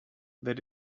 that